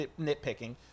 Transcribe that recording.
nitpicking